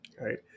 right